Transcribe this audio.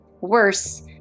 Worse